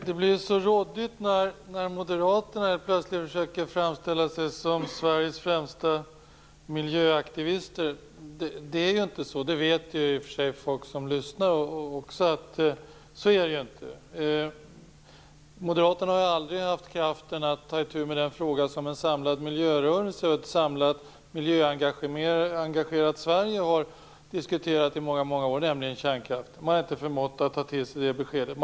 Herr talman! Moderaterna försöker plötsligt framställa sig som Sveriges främsta miljöaktivister. Men det är inte så. Det vet också folk som lyssnar. Moderaterna har aldrig haft kraften att ta itu med den fråga som en samlad miljörörelse och ett samlat miljöengagerat Sverige har diskuterat i många år, nämligen kärnkraften. Man har inte förmått att ta till sig det beskedet.